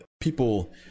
people